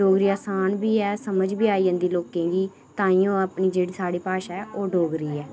डोगरी असान बी ऐ समझ बी आई जंदी लोकें गी ताहियैं ओह् अपनी जेह्ड़ी साढ़ी भाशा ऐ ओह् डोगरी ऐ